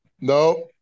No